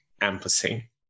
empathy